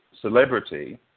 celebrity